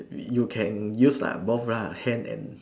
you can use like both lah hand and